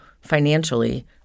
financially